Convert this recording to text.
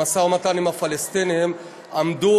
במשא ומתן עם הפלסטינים עמדו